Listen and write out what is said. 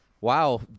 Wow